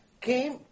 came